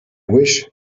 wish